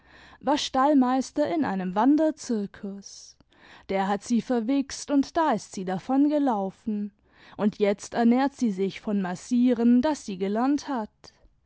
war stallmeister in einem wanderzirkus der hat sie verwichst und da ist sie davongelaufen und jetzt ernährt sie sich von massieren das sie gelernt hat